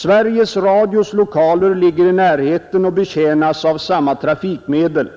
Sveriges Radios lokaler ligger i närheten och betjänas av samma trafikmedel.